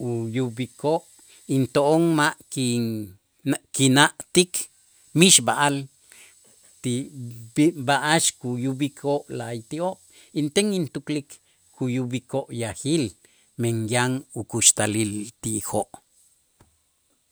uyub'ikoo' into'on ma' kinna'-kina'tik mixb'a'al ti b'a'ax kuyub'ikoo' la'ayti'oo' inten intuklik kuyub'ikoo' yajil men yan ukuxtalil ti'ijoo'.